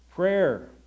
Prayer